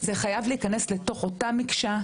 זה חייב להיכנס לתוך אותה מקשה,